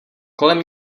kolem